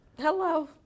Hello